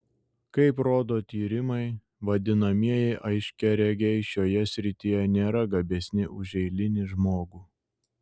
kaip rodo tyrimai vadinamieji aiškiaregiai šioje srityje nėra gabesni už eilinį žmogų